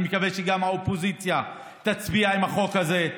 אני מקווה שגם האופוזיציה תצביע עם החוק הזה,